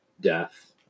death